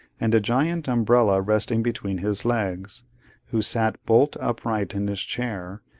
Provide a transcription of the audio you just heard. and a giant umbrella resting between his legs who sat bolt upright in his chair,